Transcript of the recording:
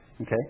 Okay